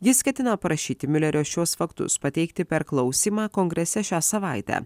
jis ketina prašyti miulerio šiuos faktus pateikti per klausymą kongrese šią savaitę